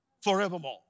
forevermore